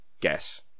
Guess